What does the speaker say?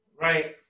right